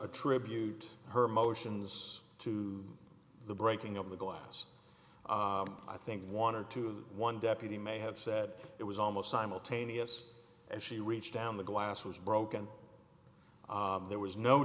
attribute her motions to the breaking of the glass i think one or two one deputy may have said it was almost simultaneous as she reached down the glass was broken there was no